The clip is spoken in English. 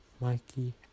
Mikey